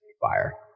fire